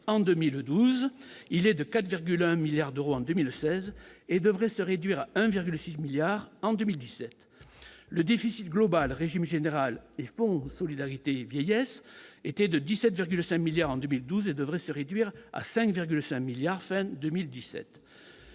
en 2012, il est de 4,1 milliards d'euros en 2016 et devrait se réduire à 1,6 1000000000 en 2017, le déficit global, régime général font solidarité vieillesse était de 17,5 milliards en 2012 et devrait se réduire à 5,5 milliards 2017,